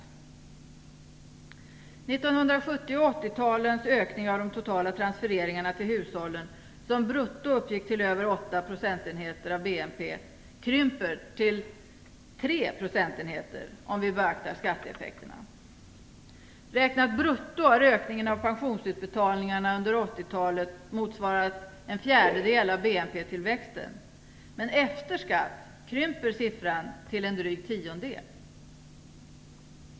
Ökningarna i de totala transfereringarna till hushållen under 1970 och 1980-talen, som brutto utgick till över 8 procentenheter av BNP, krymper till 3 procentenheter när vi beaktar skatteeffekterna. Räknat brutto har ökningen av pensionsutbetalningarna under 80-talet motsvarat en fjärdedel av BNP-tillväxten. Men efter skatt krymper siffran till en dryg tiondel.